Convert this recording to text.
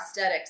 prosthetics